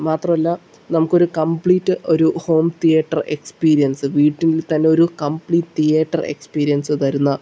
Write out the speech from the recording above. മാത്രമല്ല നമുക്കൊരു കംപ്ലീറ്റ് ഒരു ഹോം തിയറ്റർ എക്സ്പീരിയൻസ് വീട്ടിൽ തന്നെ ഒരു കംപ്ലീറ്റ് തിയേറ്റർ എക്സ്പീരിയൻസ് തരുന്ന